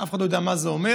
אף אחד לא יודע מה זה אומר,